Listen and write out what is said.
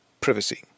privacy